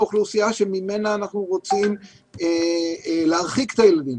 האוכלוסייה שממנה אנחנו רוצים להרחיק את הילדים.